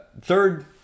third